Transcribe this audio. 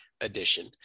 edition